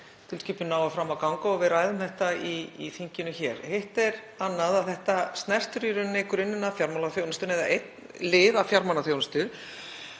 tilskipunin nái fram að ganga og að við ræðum þetta í þinginu. Hitt er annað að þetta snertir í rauninni grunninn að fjármálaþjónustu eða einn lið af fjármálaþjónustu.